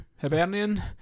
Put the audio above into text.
Hibernian